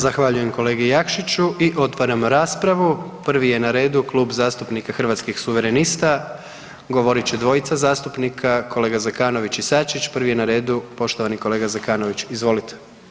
Zahvaljujem kolegi Jakšiću i otvaramo raspravu, prvi je na redu Klub zastupnika Hrvatskih suverenista, govorit će dvojica zastupnika, kolega Zekanović i Sačić, prvi je na redu poštovani kolega Zekanović, izvolite.